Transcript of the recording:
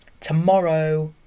Tomorrow